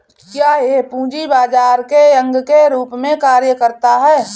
क्या यह पूंजी बाजार के अंग के रूप में कार्य करता है?